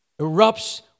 erupts